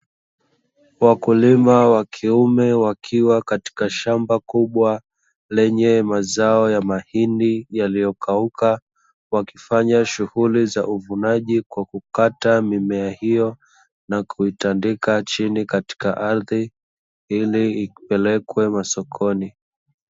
Wakulima wakiume wakiwa katika shamba kubwa lenye mazao ya mahindi yaliyokauka wakifanya shughuli za uvunaji kwa kukata mimea hio na kuitandika chini kwenye ardhi ili kupeleka masokoni.